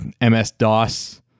MS-DOS